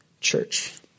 church